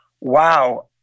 wow